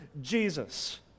Jesus